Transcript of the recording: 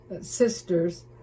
sisters